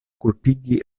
kulpigi